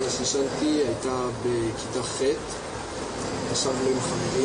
אנחנו נתחיל לשמוע מכם,